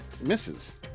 misses